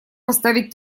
поставить